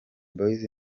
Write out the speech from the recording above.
boyz